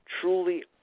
truly